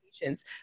patients